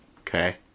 Okay